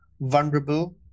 vulnerable